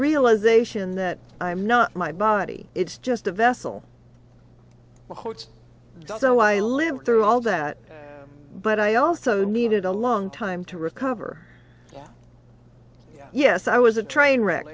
realisation that i'm not my body it's just a vessel so i lived through all that but i also needed a long time to recover yes i was a train wreck